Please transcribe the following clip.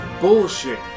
bullshit